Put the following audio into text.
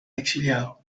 exiliado